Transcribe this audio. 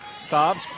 stops